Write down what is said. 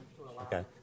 Okay